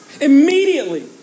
Immediately